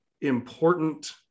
important